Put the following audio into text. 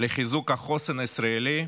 לחיזוק החוסן הישראלי,